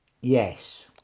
Yes